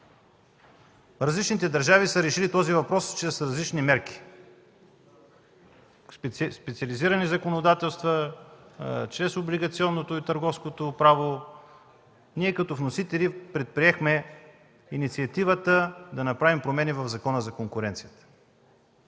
Различните държави са решили въпроса с различни мерки – специализирани законодателства, чрез търговското и облигационното право. Като вносители ние възприехме инициативата да направим промени в Закона за конкуренцията.